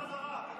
בחזרה.